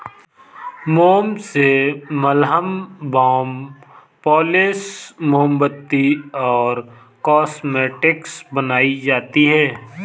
मोम से मलहम, बाम, पॉलिश, मोमबत्ती और कॉस्मेटिक्स बनाई जाती है